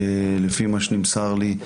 לפי מה שנמסר לי,